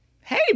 hey